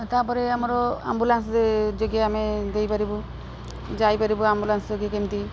ତା'ପରେ ଆମର ଆମ୍ବୁଲାନ୍ସ ଯୋଗେ ଆମେ ଦେଇପାରିବୁ ଯାଇପାରିବୁ ଆମ୍ବୁଲାନ୍ସ ଯୋଗେ କେମିତି